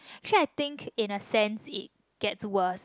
actually I think in a sense it gets worse